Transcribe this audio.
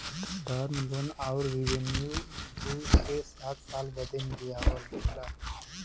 term loan अउर revenue दू से सात साल बदे लिआला